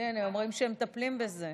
כן, הם אומרים שהם מטפלים בזה.